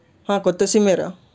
కొత్త సిమ్మేరా